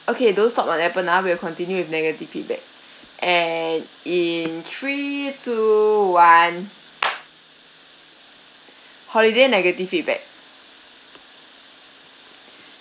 okay don't stop on appen ah we'll continue with negative feedback and in three two one holiday negative feedback